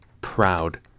proud